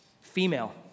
female